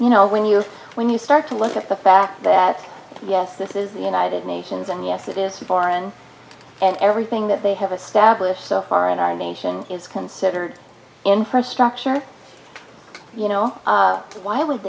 you know when you when you start to look at the fact that yes this is the united nations and yes it is foreign and everything that they have a stablished so far in our nation is considered infrastructure you know why would